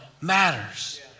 matters